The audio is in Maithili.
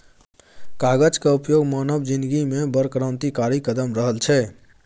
कागजक उपयोग मानव जिनगीमे बड़ क्रान्तिकारी कदम रहल छै